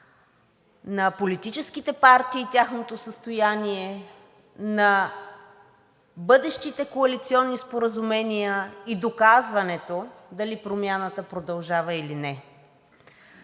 на политическите партии и тяхното състояние, на бъдещите коалиционни споразумения и доказването дали промяната продължава или не.